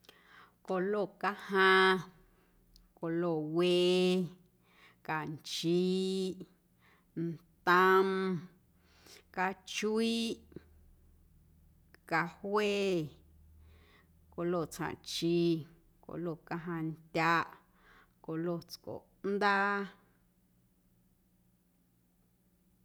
Colo cajaⁿ, colo wee, canchiiꞌ, ntom, cachuiꞌ, cajue, colo tsjaⁿꞌchi, colo cajaⁿndyaꞌ, colo tscoꞌndaa.